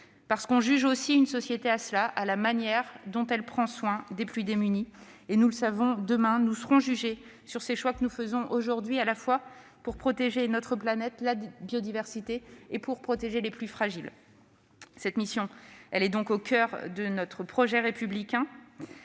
que l'on juge une société : à la manière dont elle prend soin des plus démunis. Nous le savons, nous serons jugés demain sur les choix que nous faisons aujourd'hui, à la fois pour protéger notre planète, la biodiversité, et pour protéger les plus fragiles. Cette mission est donc au coeur de notre projet républicain.